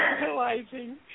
realizing